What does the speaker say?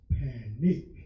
panic